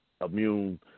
immune